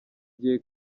gihe